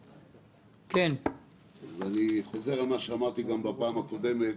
אני חוזר על מה שאמרתי גם בפעם הקודמת,